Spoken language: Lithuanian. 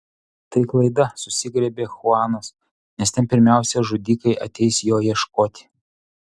tai klaida susigriebė chuanas nes ten pirmiausia žudikai ateis jo ieškoti